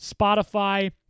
Spotify